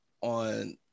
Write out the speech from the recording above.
on